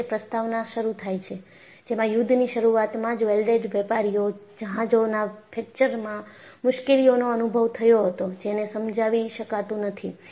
આ રીતે પ્રસ્તાવના શરૂ થાય છે જેમાં યુદ્ધની શરૂઆતમાં જ વેલ્ડેડ વેપારીઓ જહાજોના ફ્રેકચરમાં મુશ્કેલીઓનો અનુભવ થયો હતો જેને સમજાવી શકાતું નથી